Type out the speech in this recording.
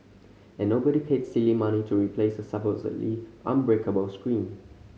and nobody paid silly money to replace a supposedly unbreakable screen